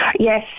Yes